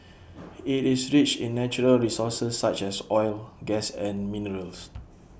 IT is rich in natural resources such as oil gas and minerals